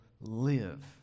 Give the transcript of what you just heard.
live